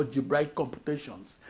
algebraic computations,